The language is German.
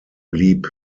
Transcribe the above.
blieb